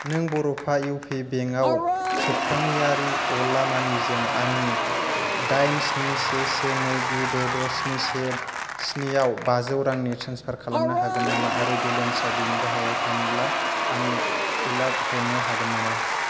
नों बर'फा इउपि बेंकआव सप्तानैयारि अला मानिजों आंनि दाइन स्नि से से नै गु द' द' स्नि से स्निआव बाजौ रांनि ट्रेन्सफार खालामनो हागोन नामा आरो बेलेन्सा बेनि गाहायाव थाङोब्ला आंनि एलार्ट हरनो हागोन नामा